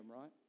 right